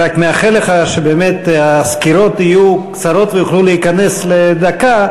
אני רק מאחל לך שבאמת הסקירות יהיו קצרות ויוכלו להיכנס לדקה,